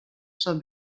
zur